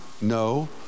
no